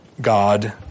God